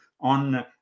on